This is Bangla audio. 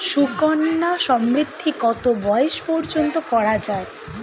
সুকন্যা সমৃদ্ধী কত বয়স পর্যন্ত করা যায়?